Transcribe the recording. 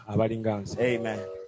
Amen